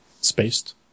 Spaced